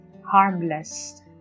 harmless